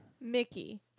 Mickey